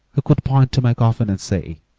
who could point to my coffin and say,